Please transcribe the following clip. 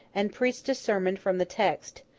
and preached a sermon from the text,